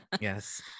Yes